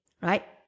right